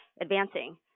advancing